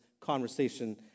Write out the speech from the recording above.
conversation